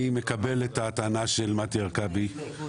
אני מקבל את הטענה של מטי הרכבי לנושא חדש,